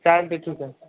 चालतं आहे